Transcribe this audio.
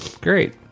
Great